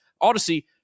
Odyssey